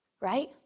right